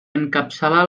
encapçala